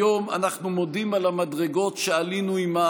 היום אנחנו מודים על המדרגות שעלינו עימה